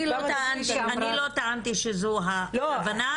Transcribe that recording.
אני לא טענתי שזאת הכוונה,